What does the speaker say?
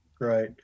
Right